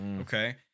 Okay